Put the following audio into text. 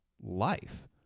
life